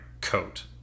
coat